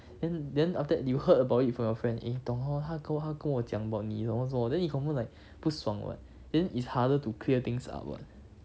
then then then after that you heard about it from your friend eh 懂 hor 他过后跟我讲 about 你的 hor 什么 then 你 confirm like 不爽 [what] then it's harder to clear things up [what]